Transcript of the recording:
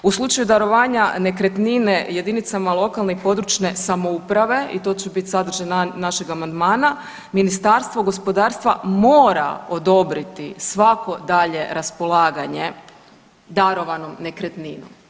U slučaju darovanja nekretnine jedinicama lokalne i područne samouprave i to će bit sadržaj našeg amandmana, Ministarstvo gospodarstva mora odobriti svako dalje raspolaganje darovanom nekretninom.